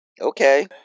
Okay